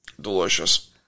Delicious